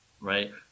right